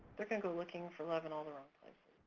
they're gonna go looking for love in all the wrong places.